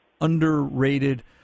underrated